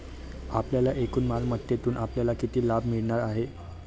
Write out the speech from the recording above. आपल्या एकूण मालमत्तेतून आपल्याला किती लाभ मिळणार आहे?